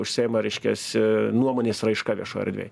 užsiima reiškiasi nuomonės raiška viešoj erdvėj